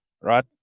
right